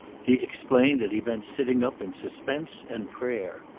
he explained that he meant sitting up in suspense and prayer.